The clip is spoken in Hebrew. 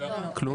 כלום?